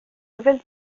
nouvelle